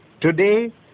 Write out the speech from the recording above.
Today